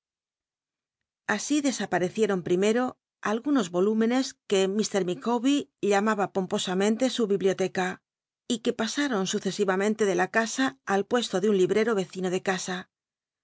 así desaparecieron primero algunos volúmenes que mr micawber llamaba pomposamente su biblioteca y que pasaron succsi amcntc ele la casa ni puesto ele un librero ccino de casa